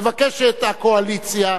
נבקש את הקואליציה,